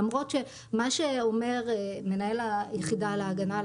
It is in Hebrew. למרות שמה שאומר מנהל היחידה להגנה על